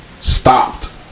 Stopped